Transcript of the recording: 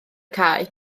cae